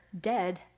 dead